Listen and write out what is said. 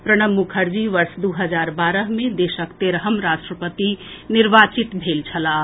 प्रणब मुखर्जी वर्ष दू हजार बारह मे देशक तेरहम राष्ट्रपति निर्वाचित भेल छलाह